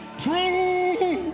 true